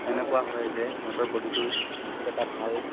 এনেকুৱা হয় যে সিহঁতৰ বডিটো বহুত এটা ভাল